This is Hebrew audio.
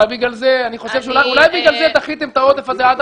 אולי בגלל זה דחיתם את העודף הזה עד